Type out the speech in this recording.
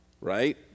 Right